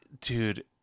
Dude